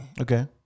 Okay